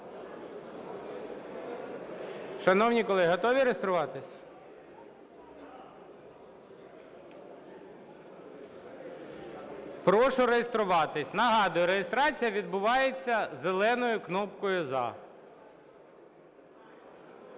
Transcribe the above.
Шановні колеги, готові реєструватись? Прошу реєструватись. Нагадую, реєстрація відбувається зеленою кнопкою "За".